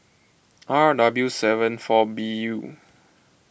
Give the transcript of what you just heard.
R W seven four B U